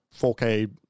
4K